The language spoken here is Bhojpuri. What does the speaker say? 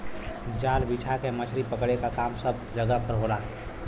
जाल बिछा के मछरी पकड़े क काम सब जगह पर होला